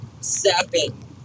sapping